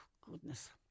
goodness